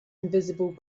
invisible